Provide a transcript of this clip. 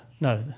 No